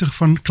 van